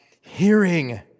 hearing